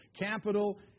capital